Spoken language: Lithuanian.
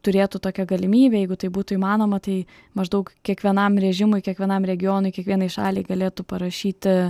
turėtų tokią galimybę jeigu tai būtų įmanoma tai maždaug kiekvienam režimui kiekvienam regionui kiekvienai šaliai galėtų parašyti